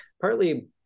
partly